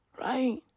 Right